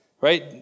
right